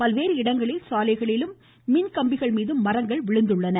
பல்வேறு இடங்களில் சாலைகளிலும் மின் கம்பிகள் மீதும் மரங்கல் விழுந்தன